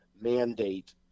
mandate